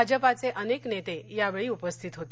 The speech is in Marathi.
भाजपाचे अनेक नेते यावेळी उपस्थित होते